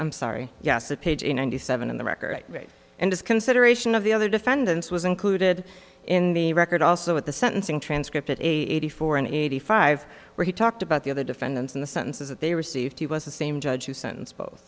i'm sorry yes a page in ninety seven in the record and just consideration of the other defendants was included in the record also at the sentencing transcript at eighty four and eighty five where he talked about the other defendants in the sentences that they received he was the same judge who sentenced both